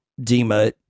Dima